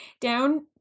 Down